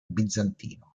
bizantino